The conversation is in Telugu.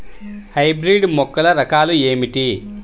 హైబ్రిడ్ మొక్కల రకాలు ఏమిటీ?